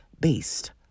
based